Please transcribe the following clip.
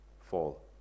fall